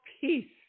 peace